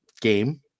game